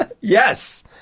Yes